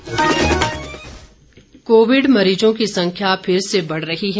Covid संदेश COVID मरीजों की संख्या फिर से बढ़ रही है